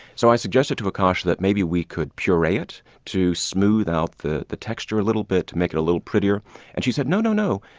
so i suggested to akasha that maybe we could puree it to smooth out the the texture a little bit, make it a little prettier and she said, no, no, no,